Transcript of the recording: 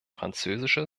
französische